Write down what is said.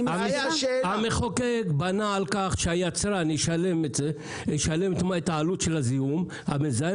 המחוקק בנה על כך שהיצרן ישלם את העלות של הזיהום,